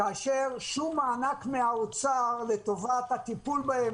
כאשר שום מענק מהאוצר לטובת הטיפול בהם,